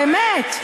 באמת.